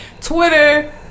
Twitter